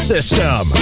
System